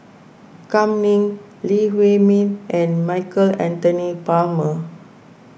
Kam Ning Lee Huei Min and Michael Anthony Palmer